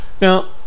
Now